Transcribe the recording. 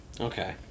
okay